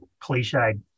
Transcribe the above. cliched